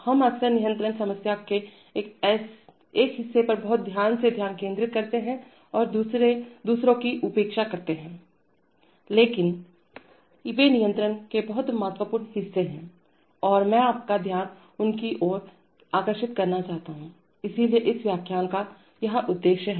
हम अक्सर नियंत्रण समस्या के एक हिस्से पर बहुत ध्यान से ध्यान केंद्रित करते हैं और दूसरों की उपेक्षा करते हैं लेकिन वे नियंत्रण के बहुत महत्वपूर्ण हिस्से हैं और मैं आपका ध्यान उनकी ओर आकर्षित करना चाहता हूं इसलिए इस व्याख्यान का यह उद्देश्य है